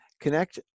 Connect